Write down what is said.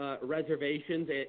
reservations